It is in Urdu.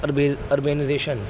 عرب اربینائزیشن